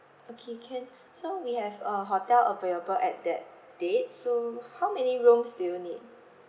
okay can so we have a hotel available at that date so how many rooms do you need